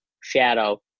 shadow